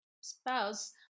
spouse